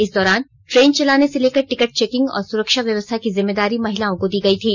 इस दौरान ट्रेन चलाने से लेकर टिकट चेकिंग और सुरक्षा व्यवस्था की जिम्मेदारी महिलाओं को दी गई थी